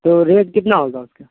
تو ریٹ کتنا ہوگا اس کا